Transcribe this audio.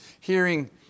hearing